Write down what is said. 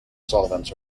solvents